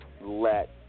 let